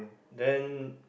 then